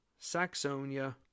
Saxonia